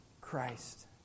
Christ